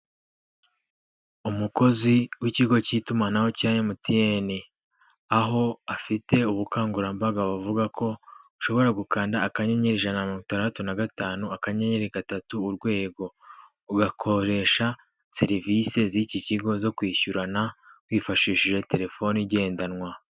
Umukozi w'ikigo cy'itumanaho cya MTN. Aho afite ubukangurambaga bu bavuga ko ushobora gukanda akanyenyeri ijana na mirongo itandatu na gatanu, akanyeri gatatu urwego, ugakoresha serivise z'iki kigo zo kwishyurana wifashishije telefone igendanwa.